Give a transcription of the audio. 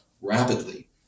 rapidly